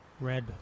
red